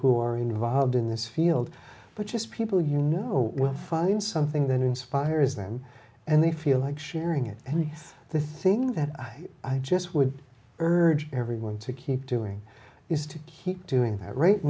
who are involved in this field but just people you know will find something that inspires them and they feel like sharing it and the thing that i i just would urge everyone to keep doing is to keep doing right